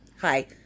hi